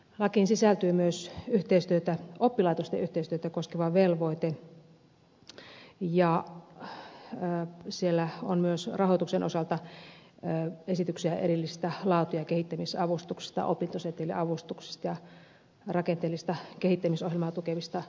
lakiin sisältyy myös oppilaitosten yhteistyötä koskeva velvoite ja siellä on myös rahoituksen osalta esityksiä erillisistä laatu ja kehittämisavustuksista opintoseteliavustuksista ja rakenteellista kehittämisohjelmaa tukevista avustuksista